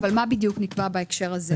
מה בדיוק נקבע בהקשר הזה?